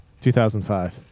2005